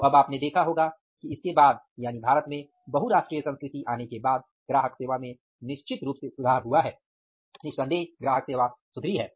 तो अब आपने देखा होगा कि इसके बाद यानि भारत में बहु राष्ट्रीय संस्कृति आने के बाद ग्राहक सेवा में निश्चित रूप से सुधार हुआ है